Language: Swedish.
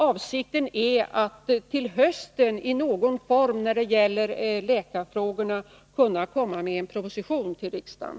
Avsikten när det gäller läkarfrågorna är att till hösten kunna komma med en proposition till riksdagen.